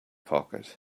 pocket